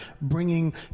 bringing